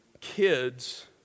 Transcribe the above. kids